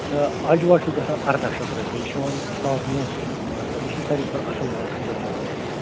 تہٕ اجوا چھُو گژھان ارداہ شیٚتھ رۄپیہِ یہِ چھِ یِوان ٹاپ موسٹہٕ ماننہٕ یہِ چھِ سارِوٕے کھۄتہٕ اَصٕل یِوان کھٔزٕر ماننہٕ